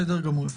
בסדר גמור.